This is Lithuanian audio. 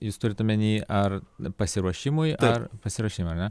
jūs turit omeny ar pasiruošimui ar pasiruošimui ar ne